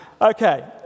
okay